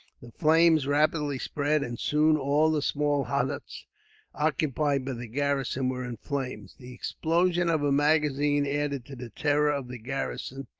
the flames rapidly spread, and soon all the small huts occupied by the garrison were in flames. the explosion of a magazine added to the terror of the garrison,